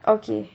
okay